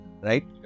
right